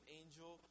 angel